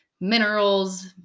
minerals